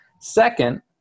Second